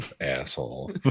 asshole